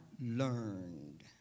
learned